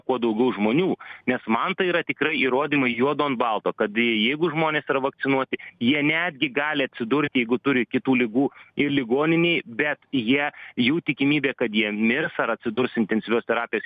kuo daugiau žmonių nes man tai yra tikrai įrodymai juodu ant balto kad jeigu žmonės yra vakcinuoti jie netgi gali atsidurt jeigu turi kitų ligų ir ligoninėj bet jie jų tikimybė kad jie mirs ar atsidurs intensyvios terapijos